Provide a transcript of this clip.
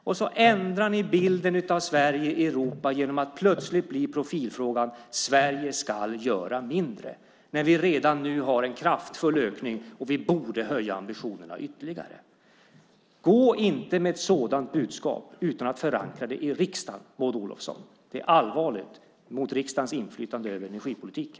Dessutom ändrar ni bilden av Sverige i Europa genom att profilfrågan plötsligt blir att Sverige ska göra mindre, när vi redan nu har en kraftfull ökning och borde höja ambitionerna ytterligare. Gå inte med ett sådant budskap utan att förankra det i riksdagen, Maud Olofsson. Det är allvarligt att gå mot riksdagens inflytande över energipolitiken.